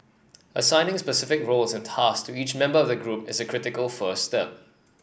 assigning specific roles and tasks to each member of the group is a critical first step